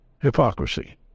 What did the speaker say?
hypocrisy